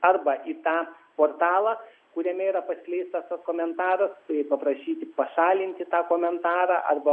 arba į tą portalą kuriame yra paskleistas komentaras paprašyti pašalinti tą komentarą arba